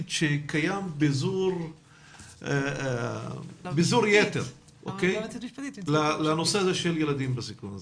כאשר קיים פיזור יתר לנושא הזה של ילדים בסיכון,